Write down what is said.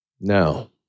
Now